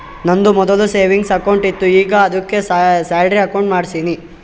ನಂದು ಮೊದ್ಲು savings account ಇತ್ತು ಈಗ ಆದ್ದುಕೆ ಸ್ಯಾಲರಿ ಅಕೌಂಟ್ ಮಾಡ್ಸಿನಿ